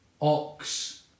Ox